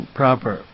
proper